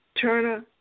Turner